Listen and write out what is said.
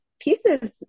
pieces